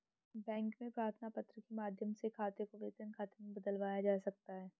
bank में प्रार्थना पत्र के माध्यम से खाते को वेतन खाते में बदलवाया जा सकता है